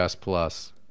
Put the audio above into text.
Plus